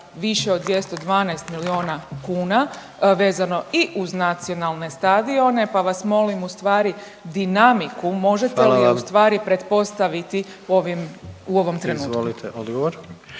više od 212 milijuna kuna vezano i uz nacionalne stadione pa vas molim u stvari dinamiku možete li je u stvari pretpostaviti u ovom trenutku? **Jandroković,